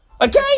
Okay